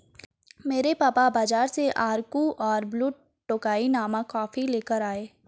मेरे पापा बाजार से अराकु और ब्लू टोकाई नामक कॉफी लेकर आए